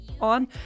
on